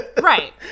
Right